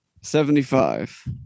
Seventy-five